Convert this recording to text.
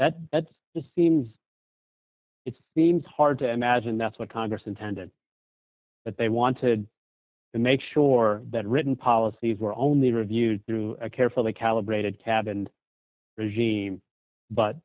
that that's just seems it seems hard to imagine that's what congress intended but they wanted to make sure that written policies were only reviewed through a carefully calibrated tab and regime but